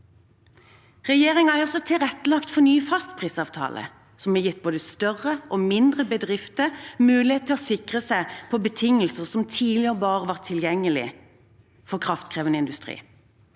Regjeringen har også lagt til rette for nye fastprisavtaler, som har gitt både større og mindre bedrifter mulighet til å sikre seg på betingelser som tidligere bare var tilgjengelig for kraftkrevende industri.